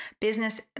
business